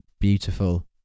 Beautiful